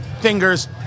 fingers